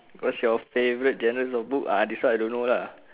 what's your favourite genre of book ah this one I don't know lah